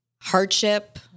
hardship